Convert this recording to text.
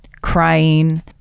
crying